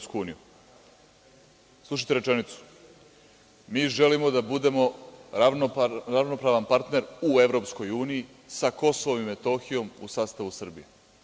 Slušajte rečenicu – Mi želimo da budemo ravnopravan partner u EU sa Kosovom i Metohijom u sastavu Srbije.